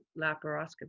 laparoscopy